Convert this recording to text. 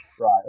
Right